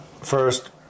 First